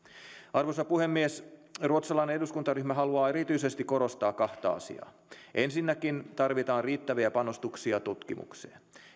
arvoisa puhemies ruotsalainen eduskuntaryhmä haluaa erityisesti korostaa kahta asiaa ensinnäkin tarvitaan riittäviä panostuksia tutkimukseen